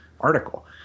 article